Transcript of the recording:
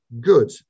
good